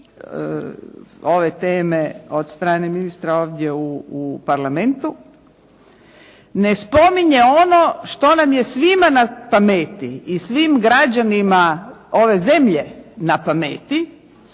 ove teme od strane ministra ovdje u Parlamentu ne spominje ono što nam je svima na pameti i svim građanima ove zemlje na pameti